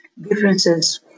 differences